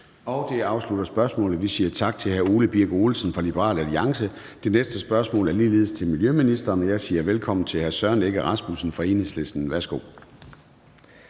Det afslutter spørgsmålet. Vi siger tak til hr. Ole Birk Olesen fra Liberal Alliance. Det næste spørgsmål er ligeledes til miljøministeren. Jeg siger velkommen til hr. Søren Egge Rasmussen fra Enhedslisten. Kl.